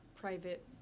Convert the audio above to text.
private